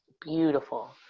Beautiful